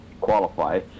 qualify